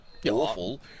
Awful